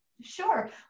Sure